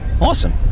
awesome